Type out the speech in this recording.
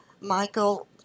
Michael